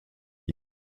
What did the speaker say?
you